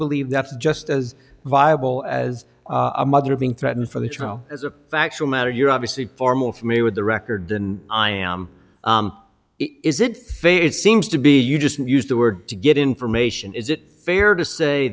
believe that's just as viable as a mother being threatened for the trial as a factual matter you're obviously far more familiar with the record than i am is it fair it seems to be you just used the word to get information is it fair to say